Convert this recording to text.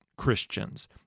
Christians